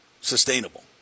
sustainable